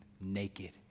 naked